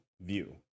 view